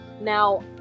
Now